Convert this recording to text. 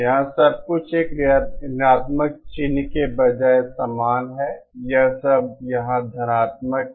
यहां सब कुछ एक ऋणात्मक चिह्न के बजाय समान है यह सब यहां धनात्मक है